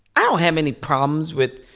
i don't have any problems with,